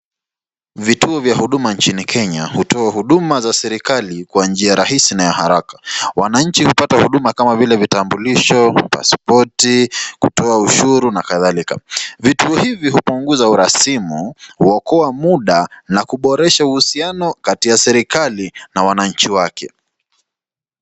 Vituo vya huduma nchini Kenya hutoa huduma za serikali kwa njia rahisi na ya haraka. Wananchi hupata huduma kama vile vitambulisho, paspoti, kutoa ushuru na kadhalika. Vituo hivi hupunguza urasimu, huokoa muda na kuboresha uhusiano kati ya serikali na wananchi wake.